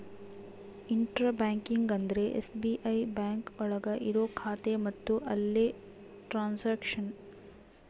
intra banking ಅಂದ್ರೆ SBI bank ಒಳಗ ಇರೋ ಖಾತೆ ಮತ್ತು ಅಲ್ಲೇ ಟ್ರನ್ಸ್ಯಾಕ್ಷನ್